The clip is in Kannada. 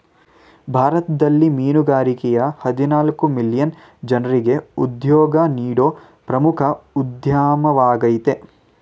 ಭಾರತದಲ್ಲಿ ಮೀನುಗಾರಿಕೆಯ ಹದಿನಾಲ್ಕು ಮಿಲಿಯನ್ ಜನ್ರಿಗೆ ಉದ್ಯೋಗ ನೀಡೋ ಪ್ರಮುಖ ಉದ್ಯಮವಾಗಯ್ತೆ